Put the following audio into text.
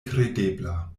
kredebla